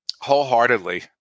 Wholeheartedly